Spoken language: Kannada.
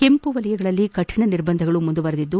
ಕೆಂಪು ವಲಯಗಳಲ್ಲಿ ಕಾಣ ನಿರ್ಬಂಧಗಳು ಮುಂದುವರೆದಿದ್ದು